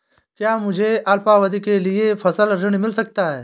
क्या मुझे अल्पावधि के लिए फसल ऋण मिल सकता है?